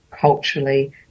culturally